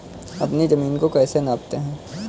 अपनी जमीन को कैसे नापते हैं?